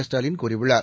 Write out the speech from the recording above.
ஸ்டாலின் கூறியுள்ளார்